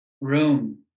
room